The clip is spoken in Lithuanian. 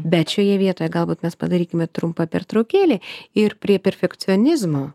bet šioje vietoje galbūt mes padarykime trumpą pertraukėlę ir prie perfekcionizmo